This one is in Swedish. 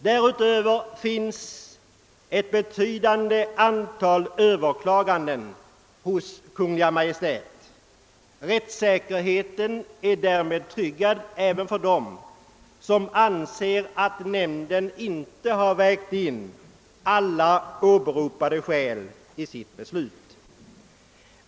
Dessutom skedde ett betydande antal överklaganden hos Kungl. Maj:t. Rättssäkerheten är därmed tryggad även för dem som anser att nämnden inte har vägt in alla åberopade skäl i sitt beslut.